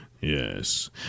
Yes